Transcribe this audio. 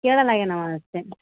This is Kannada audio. ಕೇಳಲ್ಲ ಏನು ಅವ ಅಷ್ಟೇ